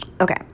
okay